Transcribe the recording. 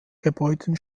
gebäuden